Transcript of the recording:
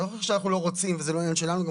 אני לא חושב שאנחנו לא רוצים, וזה לא עניין שלנו.